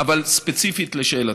ספציפית לשאלתך.